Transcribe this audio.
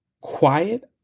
quiet